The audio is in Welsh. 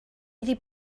iddi